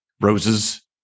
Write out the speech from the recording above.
roses